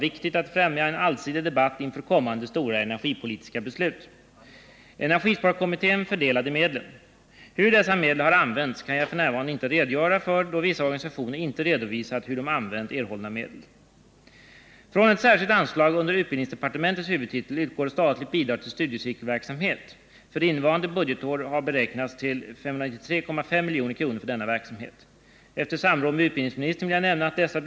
Det måste därför från demokratisk synpunkt vara angeläget att de olika meningsriktningarna kan framföra sina uppfattningar på ekonomiskt någorlunda likvärdiga villkor. Ärenergiministern beredd att medverka till att miljörörelsen och folkkampanjen mot atomkraft får ekonomiska resurser för energiinformation motsvarande dem som kraftindustrin avser att satsa?